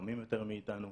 חכמים יותר מאיתנו,